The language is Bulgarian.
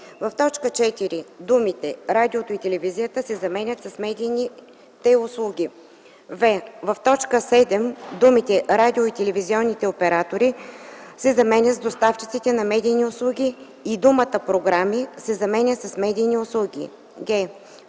в т. 4 думите „радиото и телевизията” се заменят с „медийните услуги”; в) в т. 7 думите „радио- и телевизионните оператори” се заменят с „доставчиците на медийни услуги” и думата „програми” се заменя с „медийни услуги”;